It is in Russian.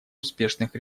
успешных